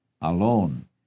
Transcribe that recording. alone